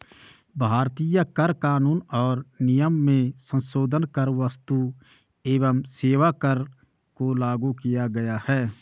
भारतीय कर कानून और नियम में संसोधन कर क्स्तु एवं सेवा कर को लागू किया गया है